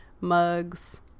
mugs